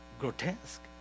grotesque